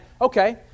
okay